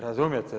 Razumijete?